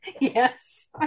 yes